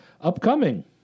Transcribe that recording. Upcoming